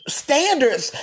standards